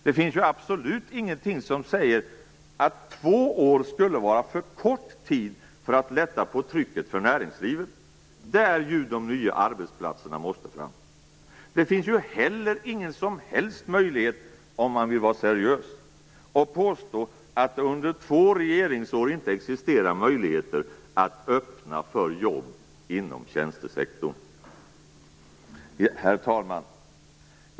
Det finns absolut ingenting som säger att två år skulle vara en för kort tid för att lätta på trycket för näringslivet, där de nya arbetsplatserna ju måste fram. Det finns heller ingen som helst möjlighet att, om man vill vara seriös, påstå att det under två regeringsår inte existerar möjligheter att öppna för jobb inom tjänstesektorn. Herr talman!